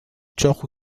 چاقو